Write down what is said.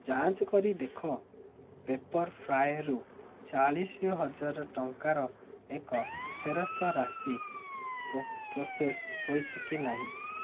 ଯାଞ୍ଚ କରି ଦେଖ ପେପର୍ଫ୍ରାଏରୁ ଚାଳିଶ ହଜାର ଟଙ୍କାର ଏକ ଫେରସ୍ତ ରାଶି ପ୍ରୋ ପ୍ରୋସେସ୍ ହୋଇଛି କି ନାହିଁ